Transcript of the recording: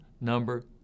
number